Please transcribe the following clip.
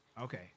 Okay